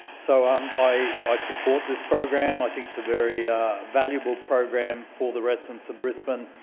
so um i i support this program. i think it's a very valuable program for the residents of brisbane.